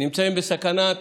נמצאים בסכנת